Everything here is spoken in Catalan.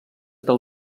del